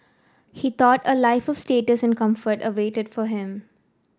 he thought a life of status and comfort awaited for him